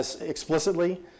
explicitly